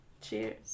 Cheers